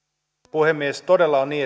puhemies todella on niin